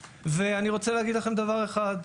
ואני רוצה להגיד לכם לגבי זה דבר אחד: